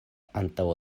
antaŭ